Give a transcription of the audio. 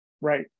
Right